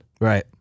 Right